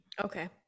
okay